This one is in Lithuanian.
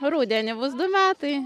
rudenį bus du metai